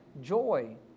joy